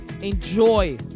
enjoy